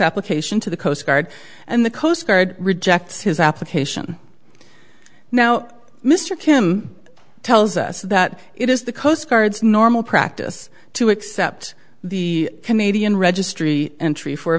application to the coast guard and the coast guard rejects his application now mr kim tells us that it is the coast guard's normal practice to accept the canadian registry entry for a